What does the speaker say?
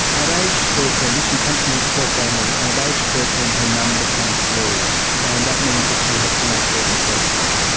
at age thirteen, she comes from a poor family, and at age thirteen her mum becomes ill and that means that she has to make certain choices.